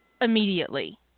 immediately